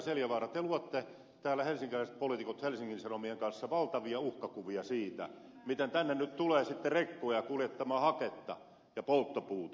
seljavaara te helsinkiläispoliitikot luotte täällä helsingin sanomien kanssa valtavia uhkakuvia siitä miten tänne nyt tulee sitten rekkoja kuljettamaan haketta ja polttopuuta